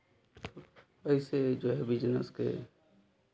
ऐसे जो है बिज़नेस के